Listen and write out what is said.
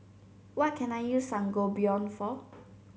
what can I use Sangobion for